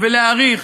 ולהעריך